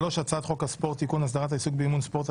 הצעת חוק הספורט (תיקון - הסדרת העיסוק באימון ספורט),